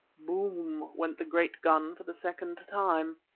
boom went the great gun for the second time.